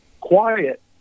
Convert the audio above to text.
quiet